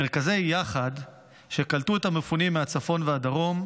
מרכזי "יחד" שקלטו את המפונים מהצפון והדרום,